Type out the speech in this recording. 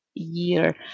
year